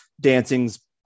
dancing's